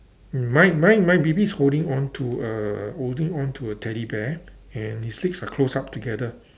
mm my my my baby is holding onto a holding onto a Teddy bear and his legs are closed up together